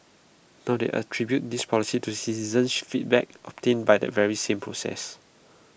now they attribute this policy to citizens feedback obtained by that very same process